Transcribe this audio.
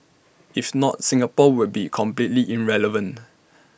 if not Singapore would be completely irrelevant